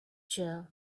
jail